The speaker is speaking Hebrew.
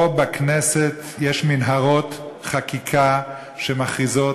פה בכנסת יש מנהרות חקיקה שמכריזות